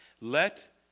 let